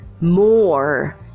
More